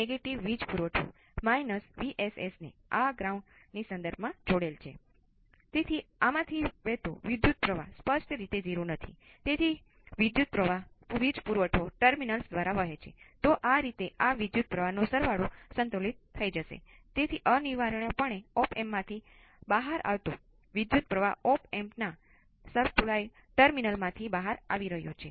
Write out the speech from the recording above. મેં ત્રણેયને બે ચલો સહીત ડાબી બાજુએ અને સ્રોતને જમણી બાજુએ સાથે લખ્યા છે